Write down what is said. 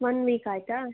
one week ಆಯಿತಾ